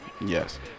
yes